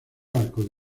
arco